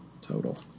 Total